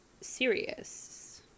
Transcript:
serious